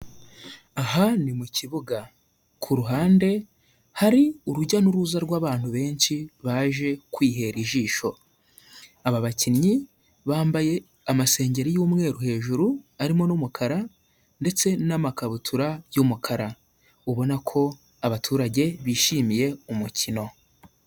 Aha ni mu kibuga ku ruhande hari urujya n'uruza rw'abantu benshi baje kwihera ijisho, aba bakinnyi bambaye amasengeri y'umweru hejuru arimo n'umukara ndetse n'amakabutura y'umukara, ubona ko abaturage bishimiye umukino.